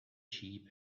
sheep